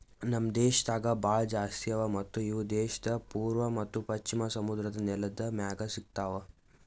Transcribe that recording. ನಮ್ ದೇಶದಾಗ್ ಭಾಳ ಜಾಸ್ತಿ ಅವಾ ಮತ್ತ ಇವು ದೇಶದ್ ಪೂರ್ವ ಮತ್ತ ಪಶ್ಚಿಮ ಸಮುದ್ರದ್ ನೆಲದ್ ಮ್ಯಾಗ್ ಸಿಗತಾವ್